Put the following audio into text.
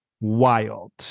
Wild